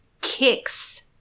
kicks